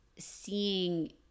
seeing